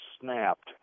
snapped